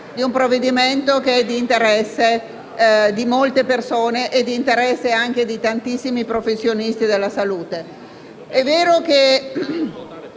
di un provvedimento che è di interesse di molte persone e di tantissimi professionisti della salute.